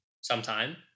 sometime